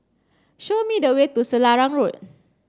show me the way to Selarang Road